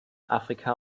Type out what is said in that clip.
afrika